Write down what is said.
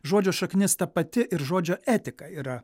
žodžio šaknis ta pati ir žodžio etika yra